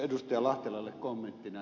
lahtelalle kommenttina